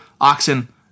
oxen